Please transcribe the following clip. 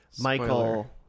Michael